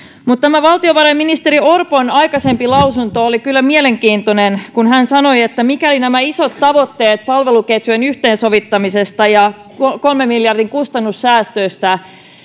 mutta valtiovarainministeri orpon aikaisempi lausunto oli kyllä mielenkiintoinen kun hän sanoi että mikäli isot tavoitteet palveluketjujen yhteensovittamisesta ja kolmen miljardin kustannussäästöistä